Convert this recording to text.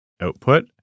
output